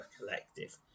Collective